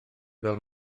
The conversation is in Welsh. fel